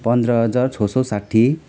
पन्ध्र हजार छ सय साठी